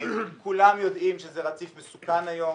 כולם יודעים שזה רציף מסוכן היום,